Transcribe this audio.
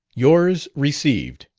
yours received,